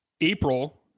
April